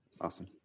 Awesome